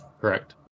Correct